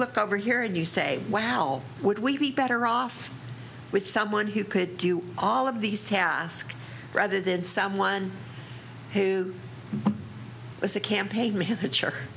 look over here and you say wow would we be better off with someone who could do all of these tasks rather than someone who was the campaign